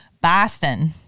Boston